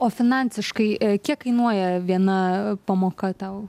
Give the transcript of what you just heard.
o finansiškai kiek kainuoja viena pamoka tau